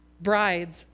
Brides